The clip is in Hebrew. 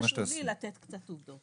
לי חשוב לתת את העובדות,